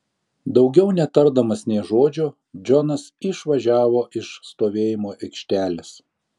daugiau netardamas nė žodžio džonas išvažiavo iš stovėjimo aikštelės